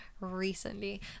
recently